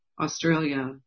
Australia